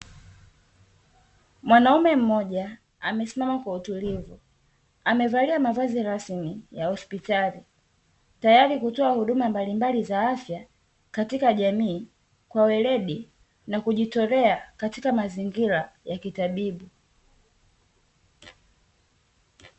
Mwanaume mmoja amesimama kwa utulivu. Amevalia mavazi rasmi ya hospitali, tayari kutoa huduma mbalimbali za afya katika jamii kwa weredi na kujitolea katika mazingira ya kitabibu.